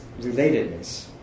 relatedness